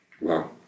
Wow